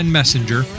Messenger